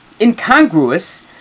incongruous